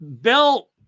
bill